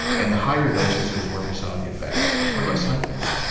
and the higher doses was where we saw the effects. what about side effects?